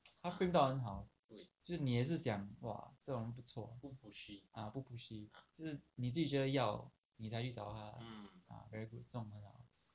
他 frame 到很好就是你也是想 !wah! 这种人不错 ah 不 pushy 就是你觉得要你才去找他 lah ah very good 这种人好